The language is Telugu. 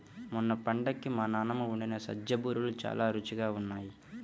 మొన్న పండక్కి మా నాన్నమ్మ వండిన సజ్జ బూరెలు చాలా రుచిగా ఉన్నాయి